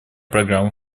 программы